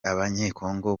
abanyekongo